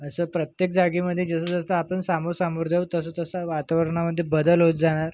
असं प्रत्येक जागेमध्ये जसं जसं आपण समोर समोर जाऊ तसं तसं वातावरणामध्ये बदल होत जाणार